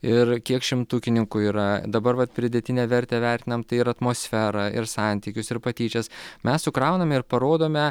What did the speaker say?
ir kiek šimtukininkų yra dabar vat pridėtinę vertę vertinam tai yra atmosferą ir santykius ir patyčias mes sukrauname ir parodome